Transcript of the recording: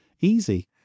easy